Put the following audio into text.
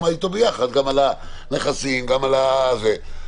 שזה הופך את הפיצויים לעוולה אזרחית,